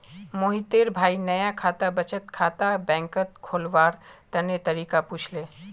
मोहितेर भाई नाया बचत खाता बैंकत खोलवार तने तरीका पुछले